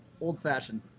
Old-fashioned